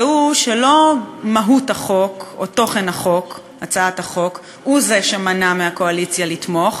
והוא שלא מהות או תוכן הצעת החוק הוא שמנע מהקואליציה לתמוך,